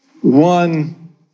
one